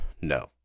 No